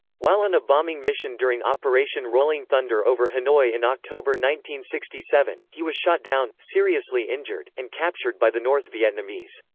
while on a bombing mission during operation rolling thunder over hanoi in october sixty seven, he was shot down, seriously injured, and captured by the north vietnamese.